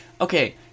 okay